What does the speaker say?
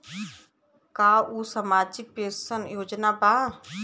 का उ सामाजिक पेंशन योजना बा?